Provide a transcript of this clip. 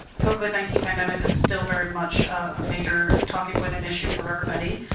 covid nineteen pandemic is still very much a major talking point and issue for everybody.